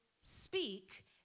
speak